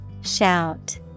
Shout